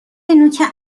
نوک